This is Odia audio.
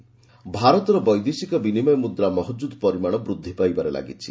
ଫରେକ୍ସ ରିଜର୍ଭ ଭାରତର ବୈଦେଶିକ ବିନିମୟ ମୁଦ୍ରା ମହଜୁଦ ପରିମାଣ ବୃଦ୍ଧି ପାଇବାରେ ଲାଗିଛି